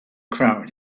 crowd